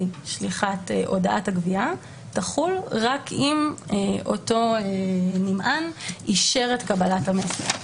שליחת הודעת הגביה תחול רק אם אותו נמען אישר את קבלת המסר.